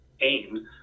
AIM